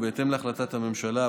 ובהתאם להחלטת הממשלה,